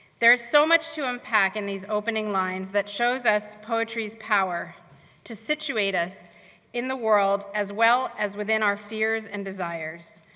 there is so much to unpack in these opening lines that shows us poetry's power to situate us in the world, as well as within our fears and desires,